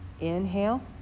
Inhale